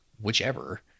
whichever